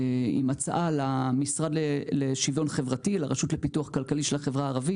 עם המשרד לפיתוח הנגב והגליל,